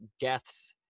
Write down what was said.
deaths